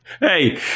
Hey